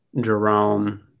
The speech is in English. Jerome